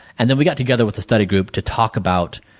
and then we got together with the study group to talk about